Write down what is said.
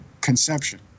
conception